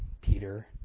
Peter